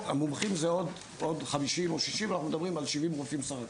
המומחים זה עוד 50 או 60. אנחנו מדברים על 70 רופאים סך הכול.